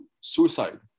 suicide